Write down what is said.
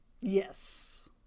Yes